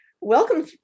welcome